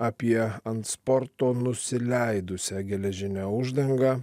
apie ant sporto nusileidusią geležinę uždangą